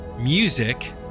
music